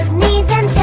knees and